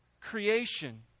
creation